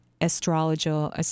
astrological